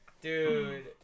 Dude